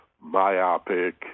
myopic